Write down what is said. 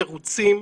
מרוצים,